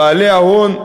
בעלי ההון,